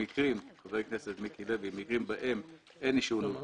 במקרים בהם אין אישור ניהול תקין,